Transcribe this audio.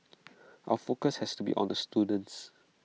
our focus has to be on the students